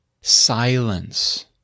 silence